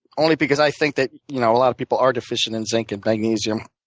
only because i think that you know a lot of people are deficient in zinc and magnesium.